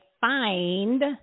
Find